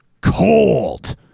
cold